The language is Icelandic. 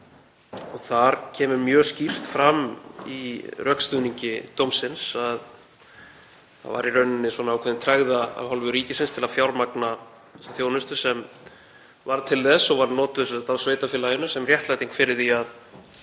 Þar kemur mjög skýrt fram í rökstuðningi dómsins að það væri í rauninni ákveðin tregða af hálfu ríkisins til að fjármagna þjónustu sem varð til þess og var notað af sveitarfélaginu sem réttlæting fyrir því að